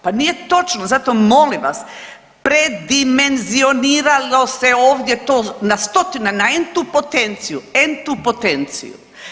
Pa nije točno, zato molim vas predimenzioniralo se ovdje to na stotine, na entu potenciju, entu potenciju.